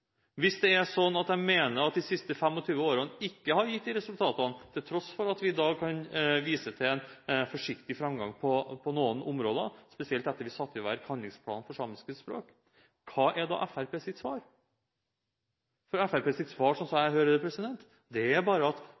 Hvis det er slik at de mener at de siste 25 årene ikke har gitt de resultatene – til tross for at vi i dag kan vise til en forsiktig framgang på noen områder, spesielt etter at vi satte i verk handlingsplanen for samiske språk – hva er da Fremskrittspartiets svar? Fremskrittspartiets svar, slik jeg hører det, er bare at